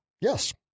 Yes